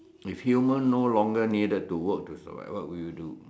if human no longer needed to work to survive what would you do